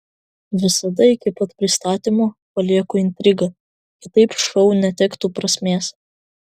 visada iki pat pristatymo palieku intrigą kitaip šou netektų prasmės